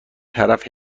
طرف